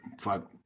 fuck